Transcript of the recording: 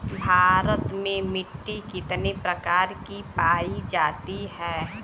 भारत में मिट्टी कितने प्रकार की पाई जाती हैं?